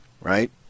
right